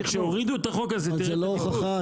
וכשהורידו את החוק הזה --- אבל זה לא הוכחה,